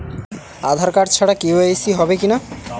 আধার card ছাড়া KYC হবে কিনা?